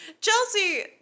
Chelsea